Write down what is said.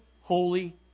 holy